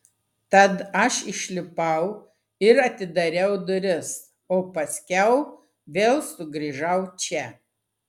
tad aš išlipau ir atidariau duris o paskiau vėl sugrįžau čia